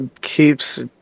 keeps